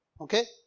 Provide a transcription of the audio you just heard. Okay